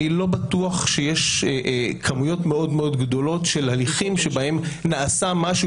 אני לא בטוח שיש כמויות מאוד גדולות של הליכים שבהם נעשה משהו